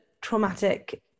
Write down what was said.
traumatic